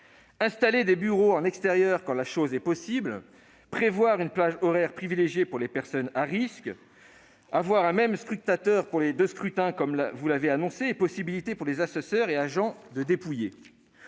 installer des bureaux en extérieur quand cette organisation est possible ; prévoir une plage horaire privilégiée pour les personnes à risque ; avoir un même scrutateur pour les deux scrutins, comme vous l'avez annoncé ; enfin, créer la possibilité pour les assesseurs et les agents de procéder